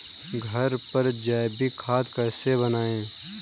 घर पर जैविक खाद कैसे बनाएँ?